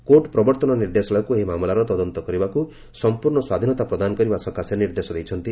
court ପ୍ରବର୍ତ୍ତନ ନିର୍ଦ୍ଦେଶାଳୟକୁ ଏହି ମାମଲାର ତଦନ୍ତ କରିବାକୁ ସମ୍ପର୍ଶ୍ଣ ସ୍ୱାଧୀନତା ପ୍ରଦାନ କରିବା ସକାଶେ ନିର୍ଦ୍ଦେଶ ଦେଇଛନ୍ତି